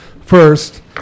First